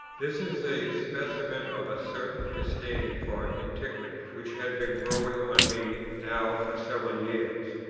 this is a specimen of a certain disdain for antiquity which had been growing on me now for several years.